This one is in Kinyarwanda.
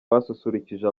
basusurukije